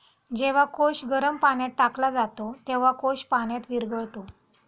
जेव्हा कोश गरम पाण्यात टाकला जातो, तेव्हा कोश पाण्यात विरघळतो